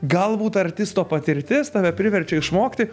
galbūt artisto patirtis tave priverčia išmokti